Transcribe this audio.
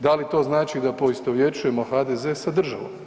Da li to znači da poistovjećujemo HDZ sa državom?